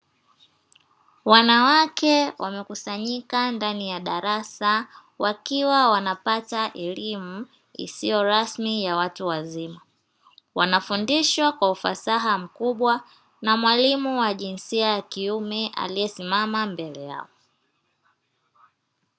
Wanawake wamekusanyika ndani ya darasa wakiwa wanapata elimu isiyo rasmi ya watu wazima, wanafundishwa kwa ufasaha mkubwa na mwalimu wa jinsia ya kiume aliye simama mbele yao.